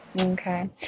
okay